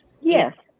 Yes